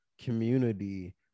community